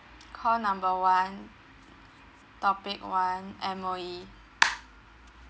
call number one topic one M_O_E